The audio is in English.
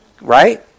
Right